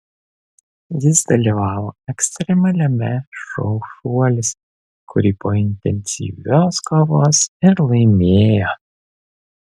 jis dalyvavo ekstremaliame šou šuolis kurį po intensyvios kovos ir laimėjo